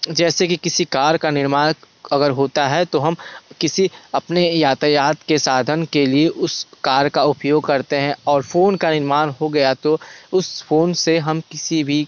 जैसे कि किसी कार का निर्माण अगर होता है तो हम किसी अपने यातयात के साधन के लिए उस कार का उपयोग करते हैं और फ़ोन का निर्माण हो गया तो उस फ़ोन से हम किसी भी